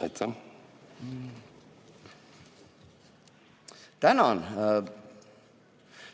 vaikselt. Tänan!